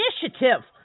initiative